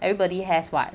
everybody has [what]